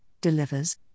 delivers